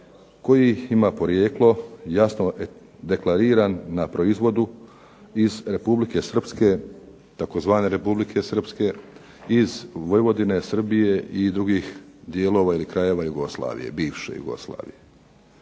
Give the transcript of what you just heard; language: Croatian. koji ima porijeklo jasno deklariran na proizvodu iz Republike Srpske, tzv. Republike Srpske, iz Vojvodine, Srbije ili drugih dijelova i krajeva bivše Jugoslavije.